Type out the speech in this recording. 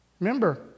Remember